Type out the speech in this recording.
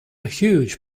huge